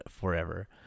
forever